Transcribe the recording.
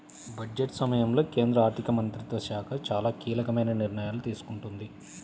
budget సమయంలో కేంద్ర ఆర్థిక మంత్రిత్వ శాఖ చాలా కీలకమైన నిర్ణయాలు తీసుకుంది